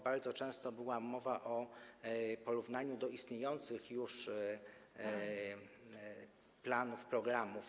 Bardzo często była mowa o porównaniu do istniejących już planów, programów.